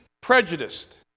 prejudiced